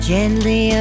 Gently